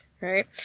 right